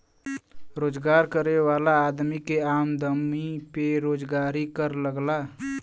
रोजगार करे वाला आदमी के आमदमी पे रोजगारी कर लगला